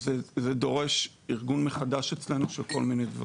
זה דורש ארגון מחדש אצלנו של כל מיני דברים.